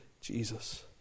Jesus